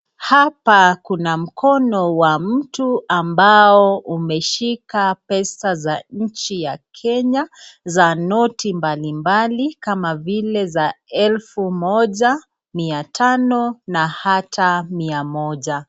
Hapa kuna mkono wa mtu ambao umeshika pesa za nchi ya Kenya za noti mbalimbali kama vile za elfu moja, mia tano na hata mia moja.